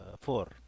four